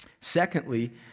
Secondly